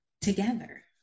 together